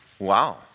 Wow